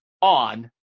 on